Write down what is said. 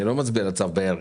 אנחנו לא נצביע על הצו בערך.